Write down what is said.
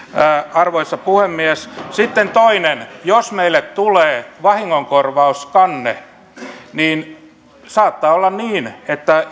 arvoisa puhemies sitten toinen jos meille tulee vahingonkorvauskanne niin saattaa olla niin että